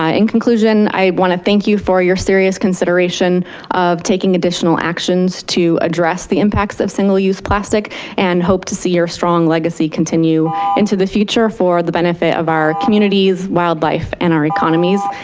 in conclusion i want to thank you for your serious consideration of taking additional actions to address the impacts of single-use plastic and hope to see your strong legacy continue into the future for the benefit of our communities, wildlife and our economies.